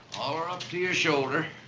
her up to your shoulder,